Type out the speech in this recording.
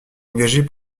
engagé